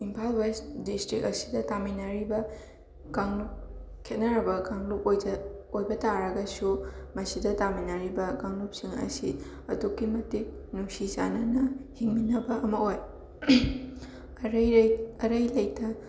Imphal west district ꯑꯁꯤꯗ ꯇꯥꯃꯤꯟꯅꯔꯤꯕ ꯀꯥꯡꯂꯨꯞ ꯈꯦꯠꯅꯔꯕ ꯀꯥꯡꯂꯨꯞ ꯑꯣꯏꯖ ꯑꯣꯏꯕ ꯇꯥꯔꯒꯁꯨ ꯃꯁꯤꯗ ꯇꯥꯃꯤꯟꯅꯔꯤꯕ ꯀꯥꯡꯂꯨꯞꯁꯤꯡ ꯑꯁꯤ ꯑꯗꯨꯛꯀꯤ ꯃꯇꯤꯛ ꯅꯨꯡꯁꯤ ꯆꯥꯟꯅꯅ ꯍꯤꯡꯃꯤꯟꯅꯕ ꯑꯃ ꯑꯣꯏ ꯑꯔꯩ ꯂꯩ ꯑꯔꯩ ꯂꯩꯇ